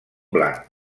blanc